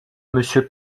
monsieur